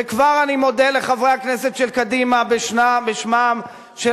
וכבר אני מודה לחברי הכנסת של קדימה בשמם של